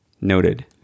Noted